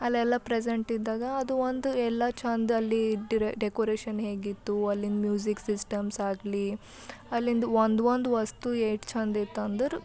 ಅಲ್ಲೆಲ್ಲ ಪ್ರೆಸೆಂಟ್ ಇದ್ದಾಗ ಅದು ಒಂದು ಎಲ್ಲಾ ಚೆಂದ ಅಲ್ಲಿ ಇದ್ರೆ ಡೆಕೋರೇಷನ್ ಹೇಗಿತ್ತು ಅಲ್ಲಿ ಮ್ಯೂಸಿಕ್ ಸಿಸ್ಟಮ್ಸ್ ಆಗಲಿ ಅಲ್ಲಿಂದು ಒಂದು ಒಂದು ವಸ್ತು ಎಷ್ಟು ಚೆಂದ ಇತ್ತು ಅಂದರೆ